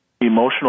emotional